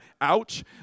ouch